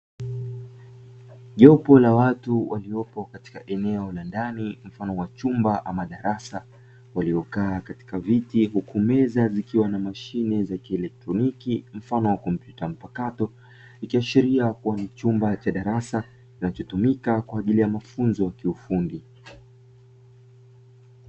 Jopo la watu waliopo katika eneo la ndani, mfano wa chumba ama darasa, waliokaa katika viti huku meza zikiwa na mashine za kielektroniki, mfano wa kompyuta mpakato. Ikiashiria kuwa ni chumba cha darasa kinachotumika kwa ajili ya mafunzo kiufundi.